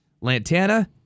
Lantana